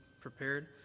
prepared